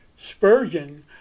Spurgeon